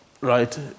Right